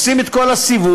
עושים את כל הסיבוב,